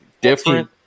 different